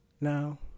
Now